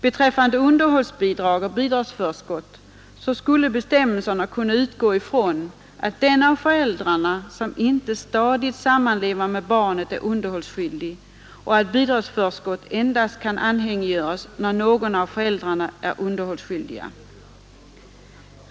Beträffande underhållsbidrag och bidragsförskott torde bestämmelserna kunna utgå ifrån att den av föräldrarna som inte stadigt sammanlever med barnet är underhållsskyl dig och att kravet på bidragsförskott endast kan anhängiggöras när någon av föräldrarna är underhållsskyldig.